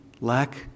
lack